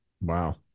Wow